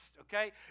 okay